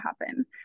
happen